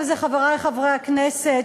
חברי חברי הכנסת,